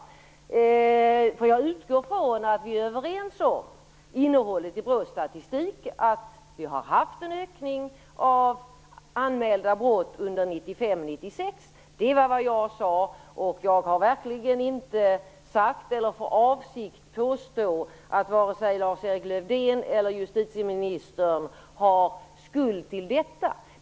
Jag utgår från att vi är överens om innehållet i BRÅ:s statistik, som visar att det har skett en ökning av anmälda brott under 1995 och 1996. Det var vad jag sade, och jag har verkligen inte sagt eller haft för avsikt att påstå att vare sig Lars-Erik Lövdén eller justitieministern har skuld till detta.